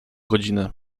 godziny